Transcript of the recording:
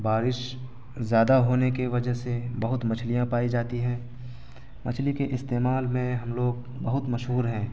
بارش زیادہ ہونے کی وجہ سے بہت مچھلیاں پائی جاتی ہیں مچھلی کے استعمال میں ہم لوگ بہت مشہور ہیں